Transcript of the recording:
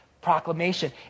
proclamation